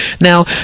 Now